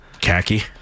Khaki